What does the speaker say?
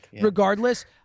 regardless